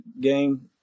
game